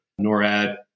NORAD